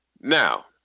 Now